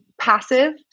passive